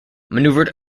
maneuvered